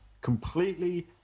Completely